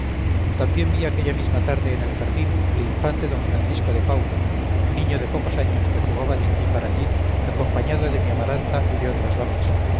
también vi aquella misma tarde en el jardín al infante d francisco de paula niño de pocos años que jugaba de aquí para allí acompañado de mi amaranta y de otras damas